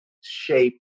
shape